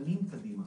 לשנים קדימה.